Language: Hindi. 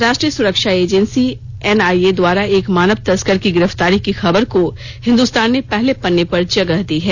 राष्ट्रीय सुरक्षा एजेंसी एनआइए द्वारा एक मानव तस्कर की गिरफ्तारी की खबर को हिंदुस्तान ने पहले पन्ने पर जगह दी है